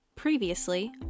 Previously